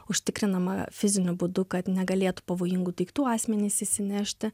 užtikrinama fiziniu būdu kad negalėtų pavojingų daiktų asmenys įsinešti